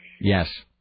Yes